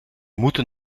moeten